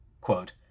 Quote